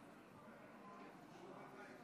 58,